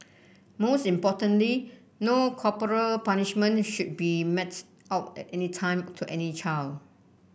most importantly no corporal punishment should be metes out at any time to any child